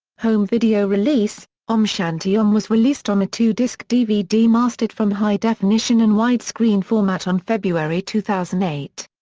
home video release om shanti om was released on a two disc dvd mastered from high definition in widescreen format on february two thousand and eight.